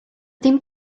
dim